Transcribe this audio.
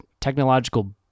technological